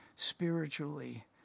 Spiritually